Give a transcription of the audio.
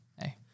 Hey